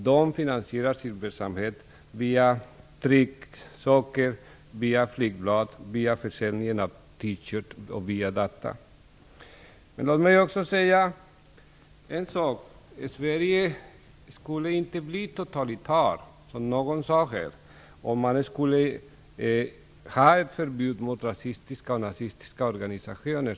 De finansierar sin verksamhet med försäljning av trycksaker och T-shirtar, och de använder flygblad och data. Låt mig också säga att Sverige inte skulle bli totalitärt, som någon sade här, om man skulle införa ett förbud mot rasistiska och nazistiska organisationer.